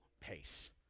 pace